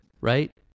right